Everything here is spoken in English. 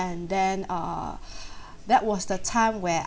and then uh that was the time where